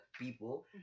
people